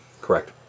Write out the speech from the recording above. Correct